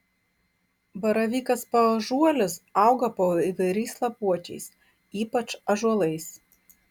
baravykas paąžuolis auga po įvairiais lapuočiais ypač ąžuolais